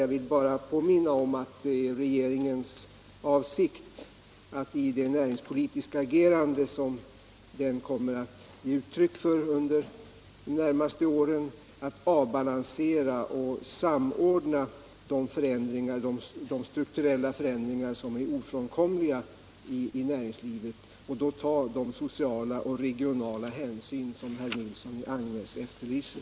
Jag vill bara påminna om att det är regeringens avsikt att i sitt näringspolitiska agerande under de närmaste åren avbalansera och samordna de strukturella förändringar i näringslivet som är ofrånkomliga, och regeringen kommer därvid att ta de sociala och regionala hänsyn som herr Nilsson i Agnäs efterlyser.